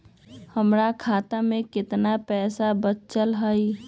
हमर खाता में केतना पैसा बचल हई?